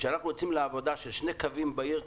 כשאנחנו יוצאים לעבודה של שני קווים בעיר,